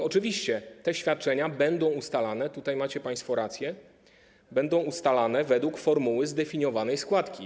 Oczywiście te świadczenia będą ustalane - tutaj macie państwo rację - według formuły zdefiniowanej składki.